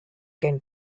can